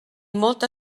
molta